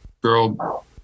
girl